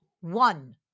one